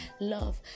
love